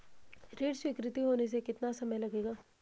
ऋण स्वीकृति होने में कितना समय लगेगा?